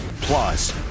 Plus